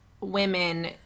women